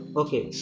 okay